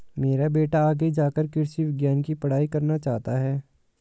मेरा बेटा आगे जाकर कृषि विज्ञान की पढ़ाई करना चाहता हैं